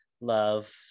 love